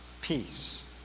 peace